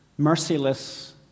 Merciless